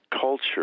culture